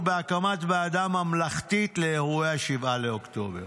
בהקמת ועדה ממלכתית לאירועי 7 באוקטובר.